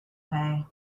pay